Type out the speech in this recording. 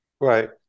Right